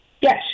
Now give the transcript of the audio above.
Yes